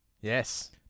Yes